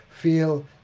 feel